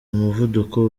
muvuduko